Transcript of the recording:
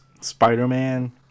Spider-Man